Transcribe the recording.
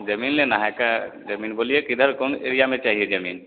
ज़मीन लेना है का जमीन बोलिए किधर कौन एरिया में चाहिए ज़मीन